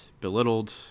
belittled